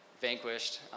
vanquished